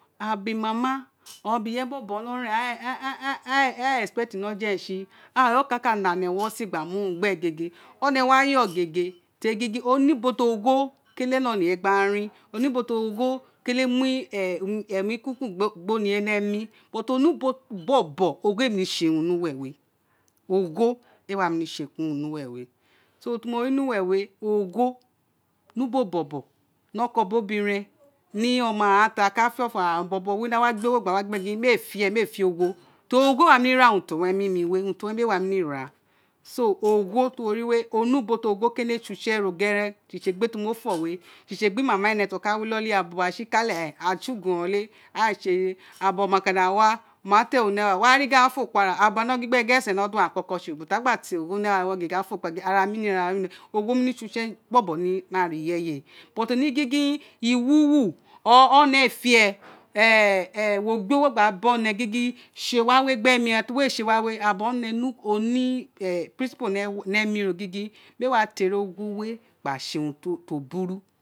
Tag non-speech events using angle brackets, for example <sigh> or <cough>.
Irabobo mama ireye bobo nọ ren <hesitation> aghan éè expect ogho ọjọ rẹn si oniyé okan ka nana ẹwọ sin gba muu gbe gegé one wa yo kélé leghe gba rin one ubo ti ogho kele mu emi tuntun but one ubo bobo ti ogho éè kélé sé urun ni wee neé ogho éè wa némi sé urun ki urun ni uwe wé so urun ti mo ri ni uwe wé ogho ni ubo bobo mi oko biri obiren ni oma gha nti aka fe ofo ghan bobo a wa gbé ogho gba mu gbe owa gin méè féè méè fe ogho ogho éè wa némi ra urun ti o nei emi wé ogho éè némi ráá so ogho ti wo ri wé one ubo ti ogho kélé sé use ro gerere sisi égbé ti ruo fọ wé sisi egbe mama ene ti oka sikale ni inoli aghan sikale aghan si ughuron lé aghan éè sé urun irabobo oma ka da wa oma te urun ni ewo ghan wo wa ri gin aghan fo kuri ara irabobo awa gin gbe esen no don aghan <unintelligible> ti a gba te ogho ni aghan ewo wé o ka gin ara mi ni ara mi ni, ogho né sé use bobo ni ara irẹyé ubo té mi ri gingin iwuwu one éè fe uwo wo gbé gba baone gingin sé wa wé gbe mi ira ti uwo sé wa we ira bobo one ne primei phe ni ro gingin méè wa téri ogho gbe sé urun to buru